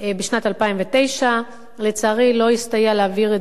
בשנת 2009. לצערי לא הסתייע להעביר את